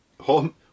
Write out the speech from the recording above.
Home